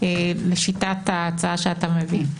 לשיטת ההצעה שאתה מביא.